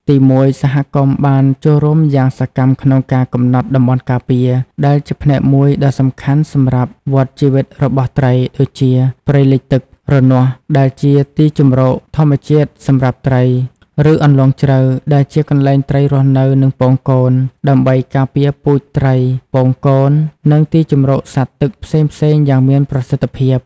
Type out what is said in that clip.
ទីមួយ សហគមន៍បានចូលរួមយ៉ាងសកម្មក្នុងការ កំណត់តំបន់ការពារ ដែលជាផ្នែកមួយដ៏សំខាន់សម្រាប់វដ្តជីវិតរបស់ត្រី ដូចជា ព្រៃលិចទឹក រនាស់ ដែលជាទីជម្រកធម្មជាតិសម្រាប់ត្រី ឬ អន្លង់ជ្រៅ ដែលជាកន្លែងត្រីរស់នៅ និងពងកូន ដើម្បីការពារពូជត្រីពងកូន និងទីជម្រកសត្វទឹកផ្សេងៗយ៉ាងមានប្រសិទ្ធភាព។